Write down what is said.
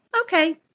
okay